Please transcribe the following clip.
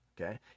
okay